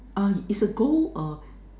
uh it's a gold uh